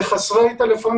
כמה זה אוכלוסייה בוגרת?